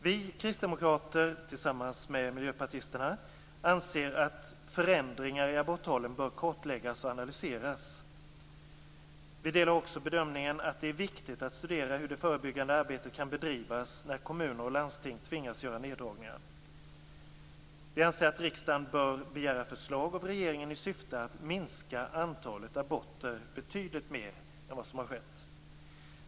Vi kristdemokrater, tillsammans med miljöpartisterna, anser att förändringar i aborttalen bör kartläggas och analyseras. Vi delar också bedömningen att det är viktigt att studera hur det förebyggande arbetet kan bedrivas när kommuner och landsting tvingas göra neddragningar. Vi anser att riksdagen bör begära förslag av regeringen i syfte att minska antalet aborter betydligt mer än vad som har skett.